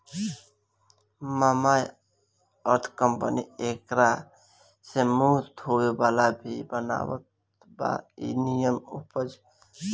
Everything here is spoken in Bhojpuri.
मामाअर्थ कंपनी एकरा से मुंह धोए वाला भी बनावत बा इ निमन उपज बावे